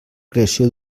creació